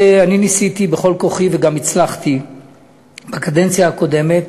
ניסיתי בכל כוחי וגם הצלחתי בקדנציה הקודמת